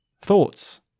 thoughts